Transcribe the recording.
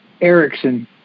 Erickson